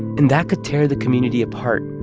and that could tear the community apart.